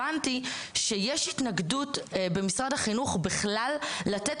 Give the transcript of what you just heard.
הבנתי שיש התנגדות במשרד החינוך בכלל לתת